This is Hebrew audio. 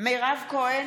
מירב כהן,